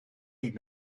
niet